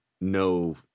no